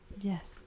Yes